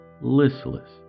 listless